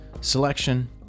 selection